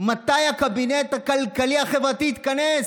מתי הקבינט הכלכלי-חברתי יתכנס?